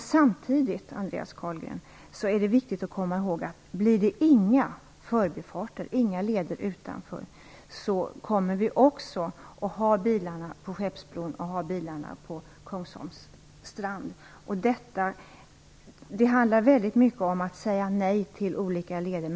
Samtidigt är det viktigt att komma ihåg, att om det inte blir några förbifarter eller leder kommer vi också att ha bilarna på Skeppsbron och på Det handlar mycket om att säga nej till olika leder, men